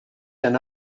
d’un